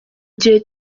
gihe